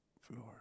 floor